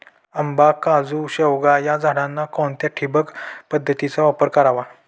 आंबा, काजू, शेवगा या झाडांना कोणत्या ठिबक पद्धतीचा वापर करावा?